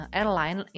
airline